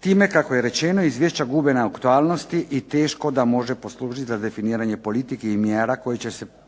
Time kako je rečeno izvješća gube na aktualnosti i teško da može poslužiti za definiranje politike i mjera koji će pridonijeti